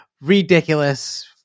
ridiculous